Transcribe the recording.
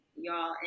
y'all